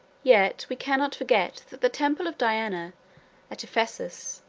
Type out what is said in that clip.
yet we cannot forget that the temple of diana at ephesus,